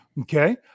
Okay